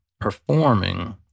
performing